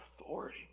authority